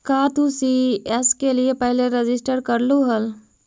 का तू सी.एस के लिए पहले रजिस्टर करलू हल